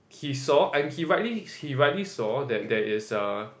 he saw and he rightly he rightly saw that there is err